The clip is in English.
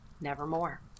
nevermore